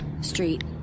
Street